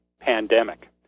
pandemic